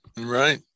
Right